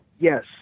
Yes